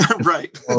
right